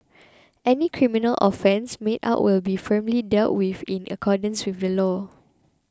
any criminal offence made out will be firmly dealt with in accordance with the law